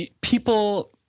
people